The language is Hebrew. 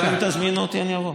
גם אם תזמין אותי, אני אבוא.